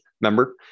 member